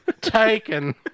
Taken